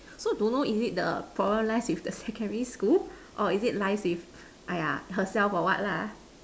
so don't know is it the problem lies with the secondary school or is it lie with !aiya! herself or what lah